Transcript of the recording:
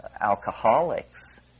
alcoholics